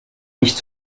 nicht